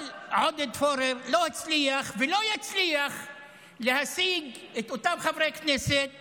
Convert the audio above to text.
אבל עודד פורר לא הצליח ולא יצליח להשיג את אותם חברי כנסת כדי,